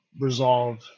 resolve